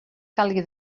calgui